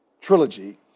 trilogy